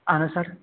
اَہَن حظ سَر